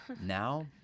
now